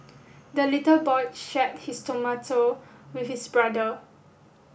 the little boy shared his tomato with his brother